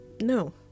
no